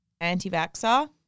anti-vaxxer